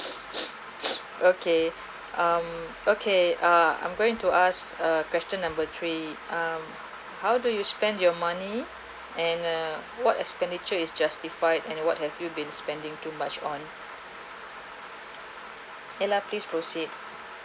okay um okay ah I'm going to ask uh question number three um how do you spend your money and err what expenditure is justified and what have you been spending too much on ayla please proceed